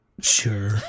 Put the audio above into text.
Sure